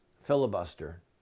filibuster